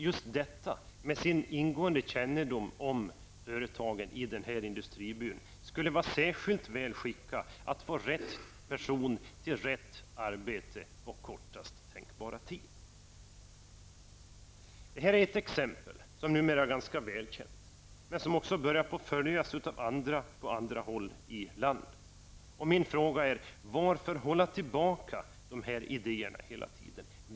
Just detta företag, med sin ingående känndom om företagen i denna industriby, skulle vara särskilt väl skickat att få rätt person till rätt arbete på kortast tänkbara tid. Detta är ett exempel, som numera är ganska välkänt, som börjar följas av andra företag på annat håll i landet. Min fråga är: Varför skall man hela tiden hålla tillbaka dessa idéer?